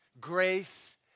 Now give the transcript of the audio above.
Grace